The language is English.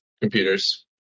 Computers